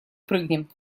прыгнем